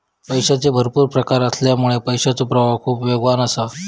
पैशाचे भरपुर प्रकार असल्यामुळा पैशाचो प्रवाह खूप वेगवान असा